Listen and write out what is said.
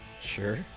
Sure